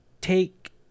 take